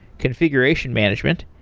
configuration management,